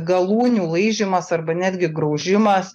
galūnių laižymas arba netgi graužimas